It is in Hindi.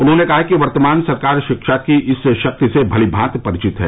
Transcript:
उन्होंने कहा कि वर्तमान सरकार शिक्षा की इस शक्ति से भलीमांति परिचित है